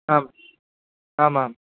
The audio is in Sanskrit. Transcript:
आम् आमां